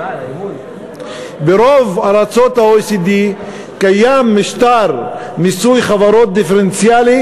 ברוב ארצות ה-OECD קיים משטר מיסוי חברות דיפרנציאלי